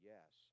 Yes